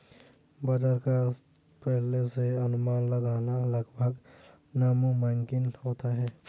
बाजार का पहले से अनुमान लगाना लगभग नामुमकिन होता है